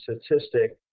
statistic